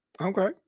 Okay